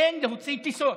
אין להוציא טיסות.